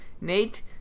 Nate